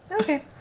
okay